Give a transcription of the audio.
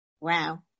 Wow